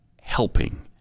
helping